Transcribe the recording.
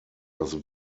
das